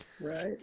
Right